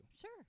Sure